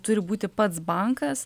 turi būti pats bankas